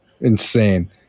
Insane